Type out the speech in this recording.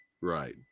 Right